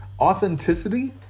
Authenticity